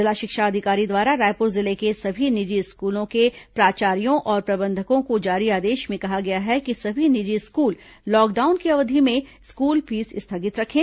जिला शिक्षा अधिकारी द्वारा रायपुर जिले के सभी निजी स्कूलों के प्राचार्यो और प्रबंधकों को जारी आदेश में कहा गया है कि सभी निजी स्कूल लॉकडाउन की अवधि में स्कूल फीस स्थगित रखें